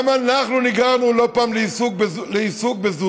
גם אנחנו נגררנו לא פעם לעיסוק בזוטות.